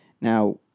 Now